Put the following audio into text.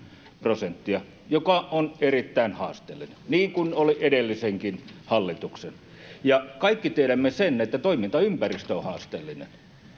prosenttia joka on erittäin haasteellinen niin kuin oli edellisenkin hallituksen tavoite kaikki tiedämme sen että toimintaympäristö on haasteellinen